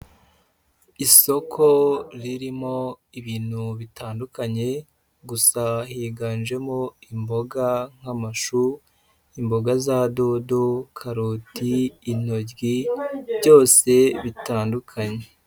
Isoko ririmo ibintu bitandukanye gusa higanjemo imboga nk'amashu, imboga, za dodo, karoti, intoryi byose bitandukanye.